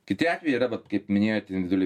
kiti atvejai yra vat kaip minėjot individuali